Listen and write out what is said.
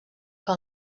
que